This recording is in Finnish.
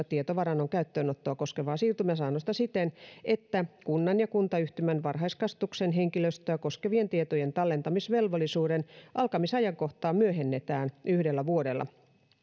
tietovarannon käyttöönottoa koskevaa siirtymäsäännöstä siten että kunnan ja kuntayhtymän varhaiskasvatuksen henkilöstöä koskevien tietojen tallentamisvelvollisuuden alkamisajankohtaa myöhennetään yhdellä vuodella